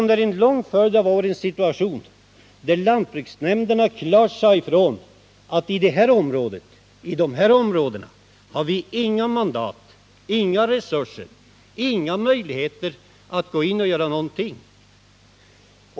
Underen lång följd av år sade lantbruksnämnderna ifrån att de i de här områdena inte hade några mandat, inga resurser och inga möjligheter att gå in och göra någonting.